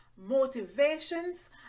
motivations